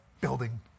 building